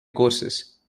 courses